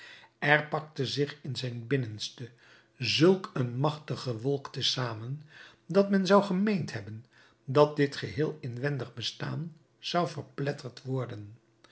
er pakte zich in zijn binnenste zulk een machtige wolk te zamen dat men zou gemeend hebben dat dit geheel inwendig bestaan zou verpletterd worden